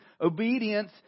obedience